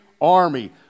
army